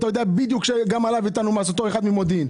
וגם עליהם הטלנו מסים.